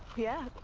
yeah,